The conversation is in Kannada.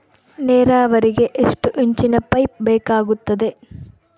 ನೇರಾವರಿಗೆ ಎಷ್ಟು ಇಂಚಿನ ಪೈಪ್ ಬೇಕಾಗುತ್ತದೆ?